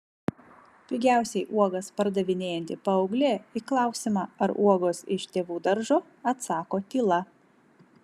pigiausiai uogas pardavinėjanti paauglė į klausimą ar uogos iš tėvų daržo atsako tyla